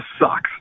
sucks